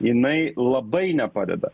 jinai labai nepadeda